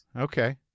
Okay